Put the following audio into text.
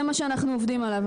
זה מה שאנחנו עובדים עליו,